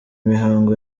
mihango